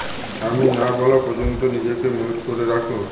আমি না বলা পর্যন্ত নিজেকে মিউট করে রাখ